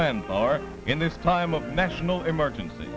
men are in this time of national emergency